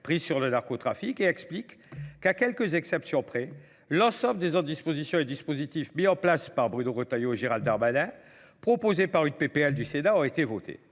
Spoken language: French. prises sur le narcotrafique et explique qu'à quelques exceptions près, l'ensemble des ordres dispositions et dispositifs mis en place par Bruno Retailleau et Gérald Darmanin, proposés par une PPL du Sénat, ont été votés.